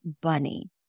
bunny